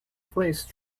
place